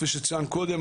כפי שצוין קודם,